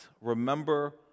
Remember